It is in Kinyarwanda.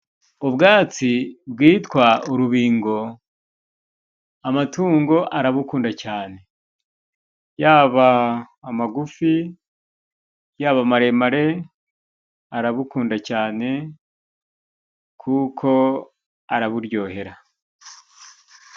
Ubwatsi bwitwa urubingo, amatungo arabukunda cyane ,yaba amagufi yaba maremare arabukunda cyane kuko araburyohera.